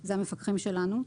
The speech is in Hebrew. זה המפקחים שלנו.